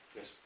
Yes